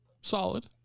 Solid